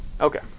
Okay